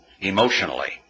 emotionally